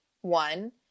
One